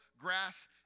grass